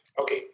Okay